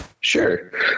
Sure